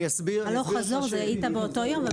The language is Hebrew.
הלוך חזור היית באותו יום.